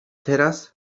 teraz